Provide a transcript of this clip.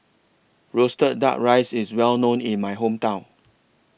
Roasted Duck Rice IS Well known in My Hometown